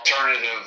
alternative